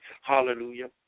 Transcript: Hallelujah